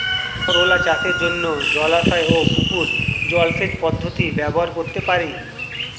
করোলা চাষের জন্য জলাশয় ও পুকুর জলসেচ পদ্ধতি ব্যবহার করতে পারি?